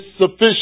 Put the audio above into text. sufficient